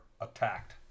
attacked